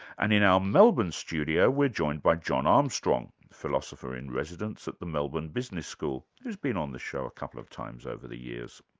and in our melbourne studio we're joined by john armstrong, philosopher-in-residence at the melbourne business school, who's been on this show a couple of times over the years.